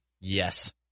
Yes